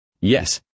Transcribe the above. Yes